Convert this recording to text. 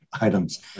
items